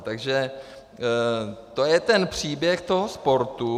Takže to je ten příběh toho sportu.